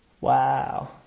Wow